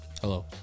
hello